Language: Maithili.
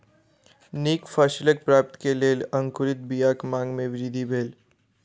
नीक फसिलक प्राप्ति के लेल अंकुरित बीयाक मांग में वृद्धि भेल